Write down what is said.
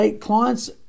clients